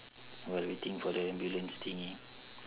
while waiting for the ambulance thingy